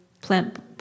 plant